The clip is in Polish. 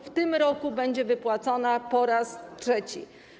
W tym roku będzie wypłacona po raz trzeci.